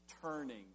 turning